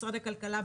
משרד הכלכלה,